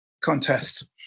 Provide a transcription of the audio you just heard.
contest